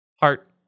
Heart